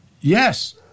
Yes